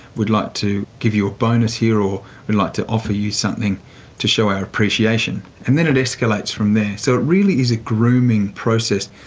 we'd like to give you a bonus here or we'd like to offer you something to show our appreciation. and then it escalates from there. so it really is a grooming process,